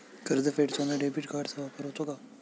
कर्ज फेडताना डेबिट कार्डचा वापर होतो का?